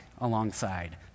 alongside